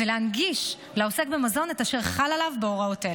ולהנגיש לעוסק במזון את אשר חל עליו בהוראות אלו.